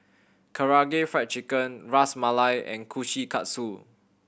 Karaage Fried Chicken Ras Malai and Kushikatsu